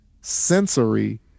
sensory